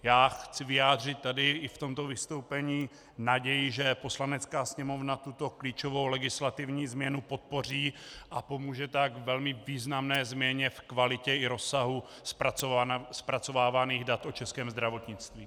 Já chci vyjádřit tady i v tomto vystoupení naději, že Poslanecká sněmovna tuto klíčovou legislativní změnu podpoří, a pomůže tak k velmi významné změně v kvalitě i rozsahu zpracovávaných dat o českém zdravotnictví.